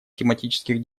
тематических